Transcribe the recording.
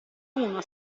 uno